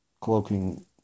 cloaking